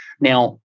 Now